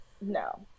no